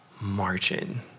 margin